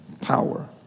power